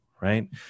right